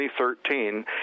2013